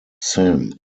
sam